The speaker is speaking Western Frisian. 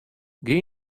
gean